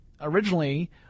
originally